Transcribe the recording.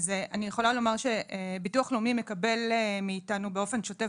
אז אני יכולה לומר שביטוח לאומי מקבל מאיתנו באופן שוטף,